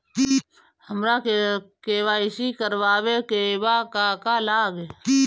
हमरा के.वाइ.सी करबाबे के बा का का लागि?